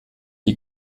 die